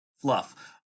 fluff